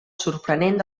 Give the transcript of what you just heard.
sorprenent